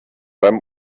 beim